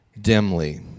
dimly